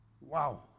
Wow